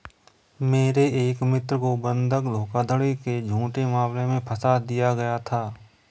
मेरे एक मित्र को बंधक धोखाधड़ी के झूठे मामले में फसा दिया गया था